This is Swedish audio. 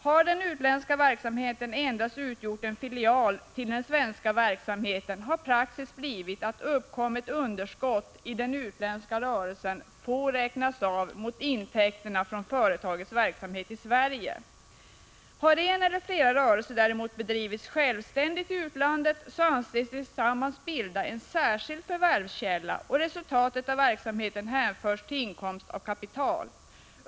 Har den utländska verksamheten endast utgjort en filial till den svenska, har praxis blivit att uppkommet underskott i den utländska rörelsen får räknas av mot intäkter från företagets verksamhet i Sverige. Har en eller flera rörelser däremot bedrivits självständigt i utlandet, anses de tillsammans bilda en särskild förvärvskälla, och resultatet av verksamheten hänförs till inkomst av kapital.